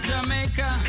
Jamaica